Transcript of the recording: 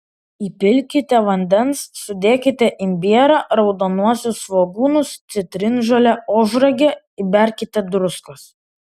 įpilkite vandens sudėkite imbierą raudonuosius svogūnus citrinžolę ožragę įberkite druskos